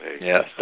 Yes